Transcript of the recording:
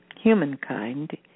Humankind